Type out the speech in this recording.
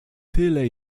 tyle